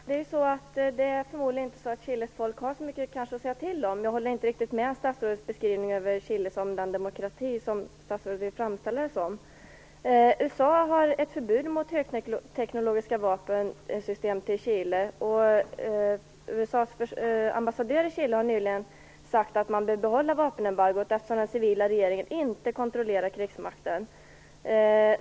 Fru talman! Förmodligen har Chiles folk inte så mycket att säga till om. Jag håller inte riktigt med om statsrådets beskrivning av Chile som den demokrati han vill framställa det som. USA har ett förbud mot export av högteknologiska vapensystem till Chile. USA:s ambassadör i Chile har nyligen sagt att man vill behålla vapenembargot eftersom den civila regeringen inte kontrollerar krigsmakten.